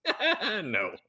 no